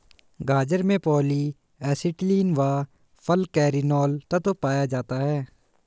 गाजर में polyacetylene व फालकैरिनोल तत्व पाया जाता है